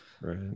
Right